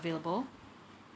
available